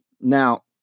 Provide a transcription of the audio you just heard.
Now